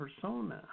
persona